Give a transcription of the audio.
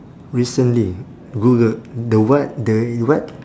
recently googled the what the what